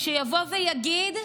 שיבוא ויגיד: